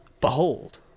behold